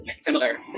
similar